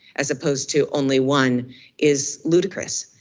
as opposed to only one is ludicrous,